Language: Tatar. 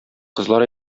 кызлар